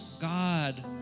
God